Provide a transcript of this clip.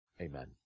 amen